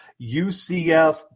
UCF